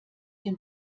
den